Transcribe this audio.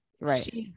right